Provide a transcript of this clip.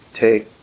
take